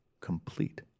complete